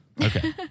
Okay